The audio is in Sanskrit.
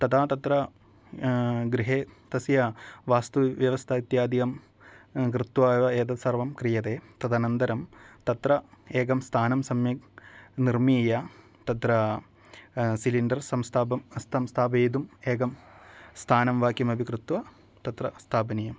तदा तत्र गृहे तस्य वास्तुव्यवस्था इत्याधिकं कृत्वा एव एतत् सर्वं क्रियते तदनन्तरम् तत्र एकं स्थानं सम्यक् निर्मीय तत्र सिलिण्डर् संस्थापं संस्थापयितुम् एकं स्थानं वा किमपि कृत्वा तत्र स्थापनीयं